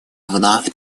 вновь